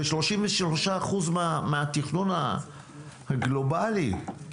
זה 33% מהתכנון הגלובלי.